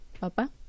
papa